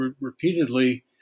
repeatedly